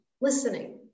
listening